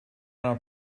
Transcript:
our